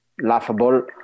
laughable